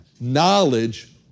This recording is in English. knowledge